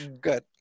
good